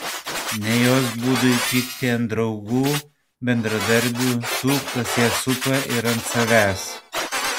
ne jos būdui pykti ant draugų bendradarbių tų kas ją supa ir ant savęs